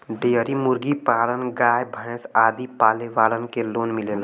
dairy मुर्गी पालन गाय भैस आदि पाले वालन के लोन मिलेला